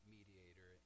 Mediator